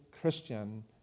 Christian